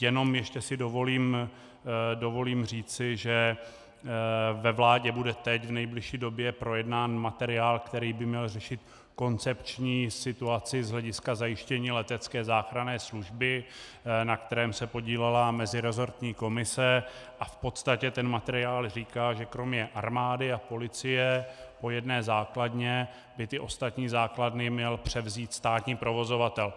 Jenom si ještě dovolím říci, že ve vládě bude teď v nejbližší době projednáván materiál, který by měl řešit koncepční situaci z hlediska zajištění letecké záchranné služby, na kterém se podílela meziresortní komise, a v podstatě ten materiál říká, že kromě armády a policie po jedné základně by ty ostatní základny měl převzít státní provozovatel.